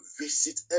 visit